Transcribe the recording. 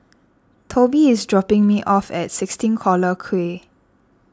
Tobi is dropping me off at sixteen Collyer Quay